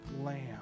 Lamb